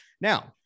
Now